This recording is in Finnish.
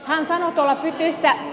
hän sanoi tuolla pytyssä